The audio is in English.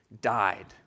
died